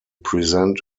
present